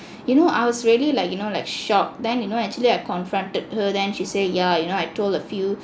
you know I was really like you know like shocked then you know actually I confronted her then she said yeah you know I told a few